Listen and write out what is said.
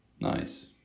nice